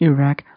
Iraq